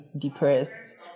depressed